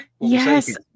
yes